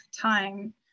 time